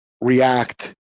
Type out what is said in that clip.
react